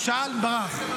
הוא שאל וברח.